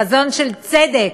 חזון של צדק,